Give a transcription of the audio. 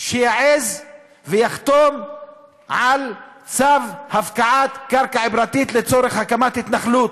שיעז ויחתום על צו הפקעת קרקע פרטית לצורך הקמת התנחלות.